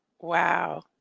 Wow